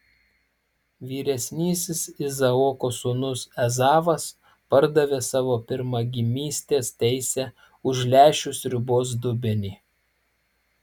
vyresnysis izaoko sūnus ezavas pardavė savo pirmagimystės teisę už lęšių sriubos dubenį